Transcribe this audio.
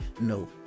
no